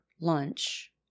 lunch